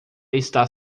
está